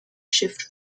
shift